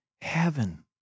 heaven